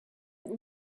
but